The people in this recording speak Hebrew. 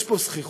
יש פה זחיחות,